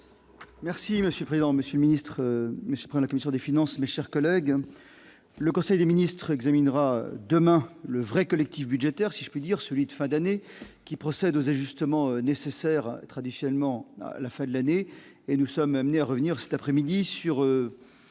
Merci monsieur le président, Monsieur le ministre prend la commission des finances, mes chers collègues, le conseil des ministres examinera demain le vrai collectif budgétaire, si je puis dire, celui de fin d'année qui procède aux ajustements nécessaires traditionnellement à la fin de l'année et nous sommes amenés à revenir cet après-midi sur